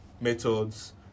methods